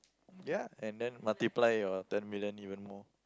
ya and then multiply your ten million even more